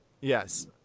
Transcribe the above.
yes